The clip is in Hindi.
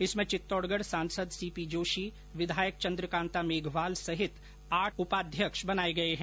इसमें चित्तौड़गढ सांसद सीपी जोशी विधायक चंद्रकांता मेघवाल सहित आठ उपाध्यक्ष बनाये गये हैं